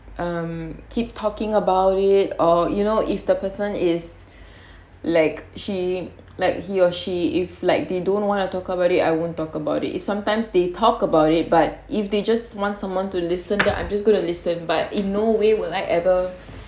um keep talking about it or you know if the person is like she like he or she if like they don't want to talk about it I won't talk about it sometimes they talk about it but if they just want someone to listen then I'm just gonna listen but in no way will I ever